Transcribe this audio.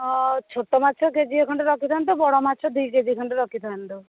ହଁ ଛୋଟ ମାଛ କେଜିଏ ଖଣ୍ଡେ ରଖିଥାନ୍ତୁ ବଡ଼ ମାଛ ଦୁଇ କେଜି ଖଣ୍ଡେ ରଖିଥାନ୍ତୁ